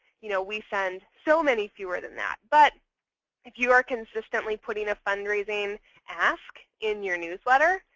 you know we send so many fewer than that. but if you are consistently putting a fundraising ask in your newsletter,